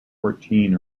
fourteen